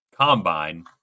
combine